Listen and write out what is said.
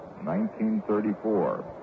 1934